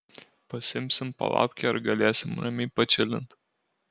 pasiimsim palapkę ir galėsim ramiai pačilint